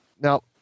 Now